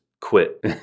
quit